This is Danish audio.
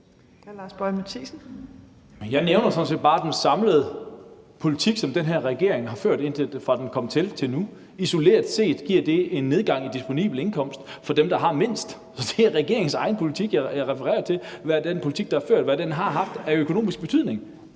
Jeg nævner sådan set bare den samlede politik, som den her regering har ført, fra den kom til og til nu, og at det isoleret set giver en nedgang i den disponible indkomst for dem, der har mindst. Så det er regeringens egen politik, jeg refererer til, og hvad den politik, der er ført, har haft af økonomisk betydning.